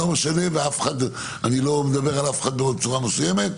ואני לא מדבר על אף אחד בצורה ספציפית,